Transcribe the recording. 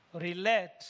relate